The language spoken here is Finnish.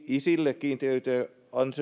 isille kiintiöityjä